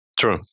True